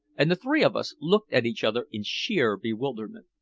and the three of us looked at each other in sheer bewilderment.